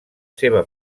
seva